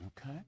Okay